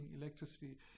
electricity